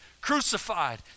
crucified